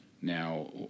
Now